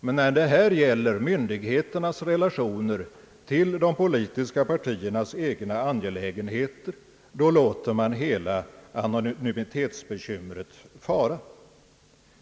Men när det gäller myndigheternas relationer till de poli tiska partiernas egna angelägenheter, då låter man hela anonymitetsbekymret fara.